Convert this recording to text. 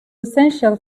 essential